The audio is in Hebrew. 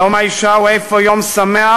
יום האישה הוא אפוא יום שמח,